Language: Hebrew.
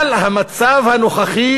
אבל המצב הנוכחי,